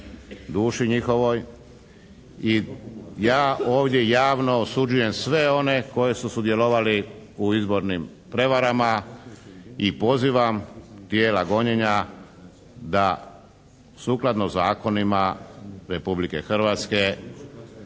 duši njihovoj i ja ovdje javno osuđujem sve one koji su sudjelovali u izbornim prevarama i pozivam tijela gonjenja da sukladno zakonima Republike Hrvatske